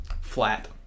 Flat